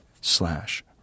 slash